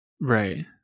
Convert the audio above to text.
Right